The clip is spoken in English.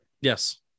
Yes